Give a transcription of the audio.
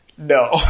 No